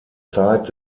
zeit